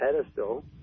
pedestal